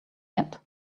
yet